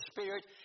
Spirit